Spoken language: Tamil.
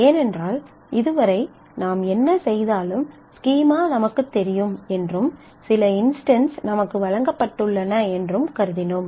ஏனென்றால் இதுவரை நாம் என்ன செய்தாலும் ஸ்கீமா நமக்குத் தெரியும் என்றும் சில இன்ஸ்டன்சஸ் நமக்கு வழங்கப்பட்டுள்ளன என்றும் கருதினோம்